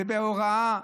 זה בהוראה,